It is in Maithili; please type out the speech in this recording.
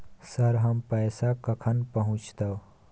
सर, हमर पैसा कखन पहुंचतै?